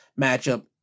matchup